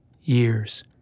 years